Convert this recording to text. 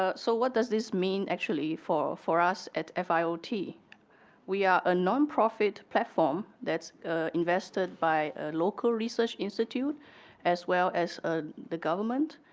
ah so what does this mean actually for for us at fiot? we are a nonprofit platform that's invested by a local research institute as well as ah the government,